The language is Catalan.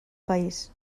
país